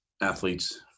athletes